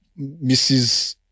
Mrs